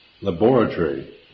laboratory